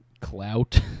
clout